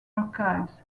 archives